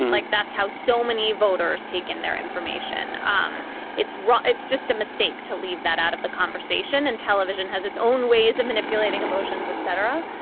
like that's how so many voters taken their information. um it's wrong. it's just a mistake to leave that out of the conversation and television has its own ways of manipulating emotions et cetera.